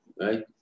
right